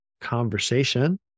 conversation